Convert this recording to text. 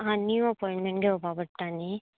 हां नीव अपोंयंटमेंट घेवपा पडटा नी